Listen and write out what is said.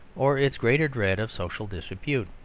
or its greater dread of social disrepute.